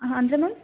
ಹಾ ಅಂದರೆ ಮ್ಯಾಮ್